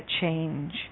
change